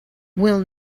will